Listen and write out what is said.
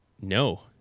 no